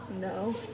No